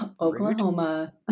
Oklahoma